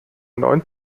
neuen